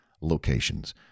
locations